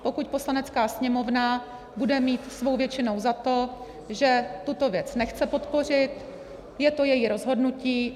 Pokud Poslanecká sněmovna bude mít svou většinou za to, že tuto věc nechce podpořit, je to její rozhodnutí.